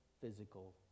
physical